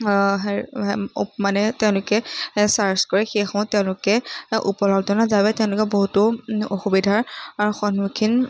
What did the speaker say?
হেৰি মানে তেওঁলোকে চাৰ্চ কৰে সেইসমূহ তেওঁলোকে উপলব্ধ যাব তেওঁলোকে বহুতো অসুবিধাৰ সন্মুখীন